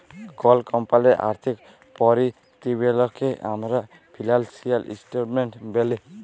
call কমপালির আথ্থিক পরতিবেদলকে আমরা ফিলালসিয়াল ইসটেটমেলট ব্যলি